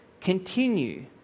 continue